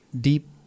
Deep